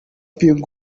ping